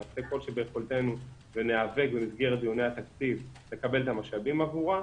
נעשה כל שביכולתנו וניאבק במסגרת דיוני התקציב לקבל את המשאבים עבורה.